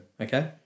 Okay